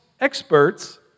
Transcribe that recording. experts